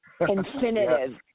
infinitive